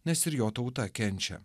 nes ir jo tauta kenčia